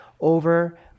over